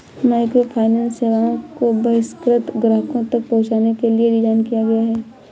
microfinance सेवाओं को बहिष्कृत ग्राहकों तक पहुंचने के लिए डिज़ाइन किया गया है